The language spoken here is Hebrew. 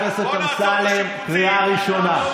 חבר הכנסת אמסלם, קריאה ראשונה.